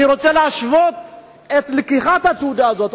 אני רוצה להשוות את לקיחת התעודה הזאת,